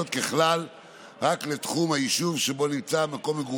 ולך תדע כמה יהיו מחר,